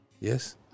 yes